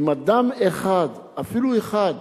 אם אדם אחד, אפילו אחד,